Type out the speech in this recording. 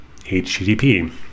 HTTP